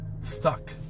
stuck